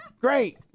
Great